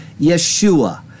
Yeshua